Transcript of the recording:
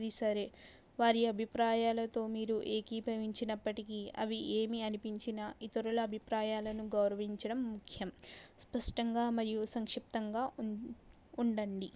అవి సరే వారి అభిప్రాయలతో మీరు ఏకిభవనించినప్పటికీ అవి ఏమి అనిపించినా ఇతరుల అభిప్రాయాలను గౌరవించడం ముఖ్యం స్పష్టంగా మరియు సంక్షిప్తంగా ఉన్ ఉండండి